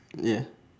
yeah